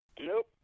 Nope